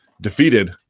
defeated